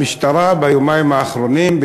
המשטרה ביומיים האחרונים,